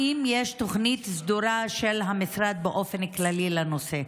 2. האם יש תוכנית סדורה של המשרד באופן כללי לנושא?